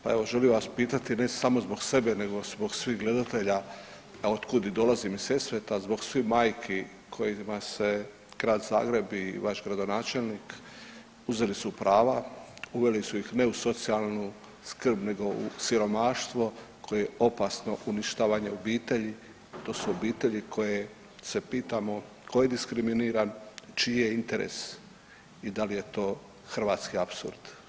Pa evo želim vas pitati ne samo zbog sebe nego zbog svih gledatelja, a otkud i dolazim iz Sesveta, zbog svih majki kojima se Grad Zagreb i vaš gradonačelnik uzeli su prava, uveli su ih ne u socijalnu skrb nego u siromaštvo koji je opasno uništavanje obitelji, to su obitelji koje se pitamo tko je diskriminiran, čiji je interes i da li je to hrvatski apsurd?